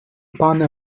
пане